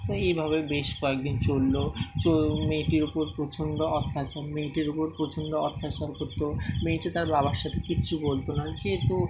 তো এইভাবে বেশ কয়েকদিন চলল চো মেয়েটির উপর প্রচণ্ড অত্যাচার মেয়েটির উপর প্রচণ্ড অত্যাচার করত মেয়েটি তার বাবার সাথে কিচ্ছু বলত না যেহেতু